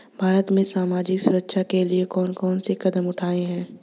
भारत में सामाजिक सुरक्षा के लिए कौन कौन से कदम उठाये हैं?